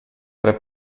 tre